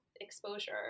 exposure